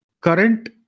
current